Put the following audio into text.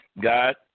God